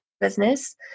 business